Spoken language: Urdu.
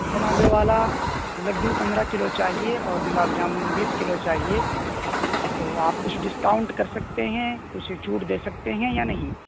جناب والا لَڈُّو پندرہ کلو چاہیے اور گلاب جامن بیس کلو چاہیے تو آپ کچھ ڈسکاؤنٹ کر سکتے ہیں کچھ چھوٹ دے سکتے ہیں یا نہیں